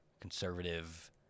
conservative